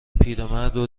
پیرمردو